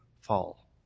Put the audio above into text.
fall